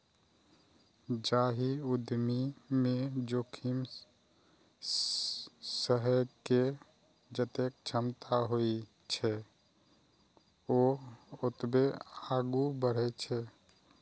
जाहि उद्यमी मे जोखिम सहै के जतेक क्षमता होइ छै, ओ ओतबे आगू बढ़ै छै